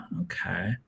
Okay